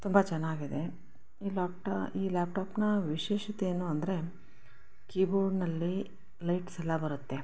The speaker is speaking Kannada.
ತುಂಬ ಚೆನ್ನಾಗಿದೆ ಈ ಲ್ಯಾಪ್ಟಾ ಈ ಲ್ಯಾಪ್ಟಾಪಿನ ವಿಶೇಷತೆ ಏನು ಅಂದರೆ ಕೀಬೋರ್ಡಿನಲ್ಲಿ ಲೈಟ್ಸ್ ಎಲ್ಲ ಬರುತ್ತೆ